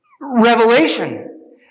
revelation